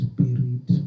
Spirit